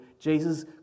Jesus